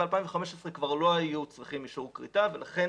ב-2015 כבר לא היו צריכים אישור כריתה ולכן